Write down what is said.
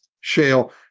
shale